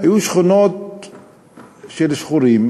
היו שכונות של שחורים,